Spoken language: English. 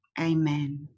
Amen